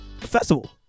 festival